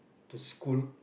to school